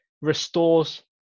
restores